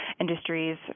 industries